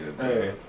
Hey